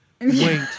wait